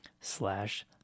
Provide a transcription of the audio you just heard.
slash